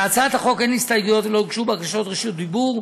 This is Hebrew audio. להצעת החוק אין הסתייגויות ולא הוגשו בקשות רשות דיבור,